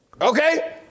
Okay